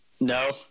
No